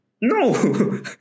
no